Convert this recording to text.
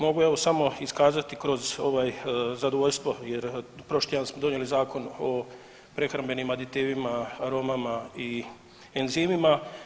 Mogu evo samo iskazati kroz ovaj zadovoljstvo jer prošli tjedan smo donijeli Zakon o prehrambenim aditivima, aromama i enzimima.